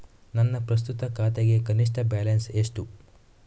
ನನ್ನ ಪ್ರಸ್ತುತ ಖಾತೆಗೆ ಕನಿಷ್ಠ ಬ್ಯಾಲೆನ್ಸ್ ಎಷ್ಟು?